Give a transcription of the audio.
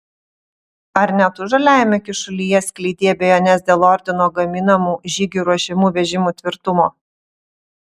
ar ne tu žaliajame kyšulyje skleidei abejones dėl ordino gaminamų žygiui ruošiamų vežimų tvirtumo